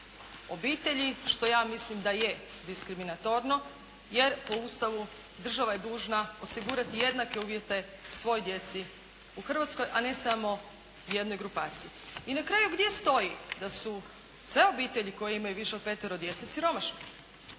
obitelji što ja mislim da je diskriminatorno, jer po Ustavu država je dužna osigurati jednake uvjete svoj djeci u Hrvatskoj, a ne samo jednoj grupaciji. I na kraju, gdje stoji da su sve obitelji koje imaju više od petero djece siromašne?